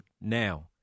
now